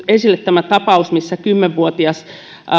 esille tämä tapaus missä kymmenen